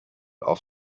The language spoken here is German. auf